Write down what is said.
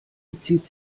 bezieht